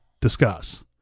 discuss